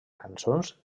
cançons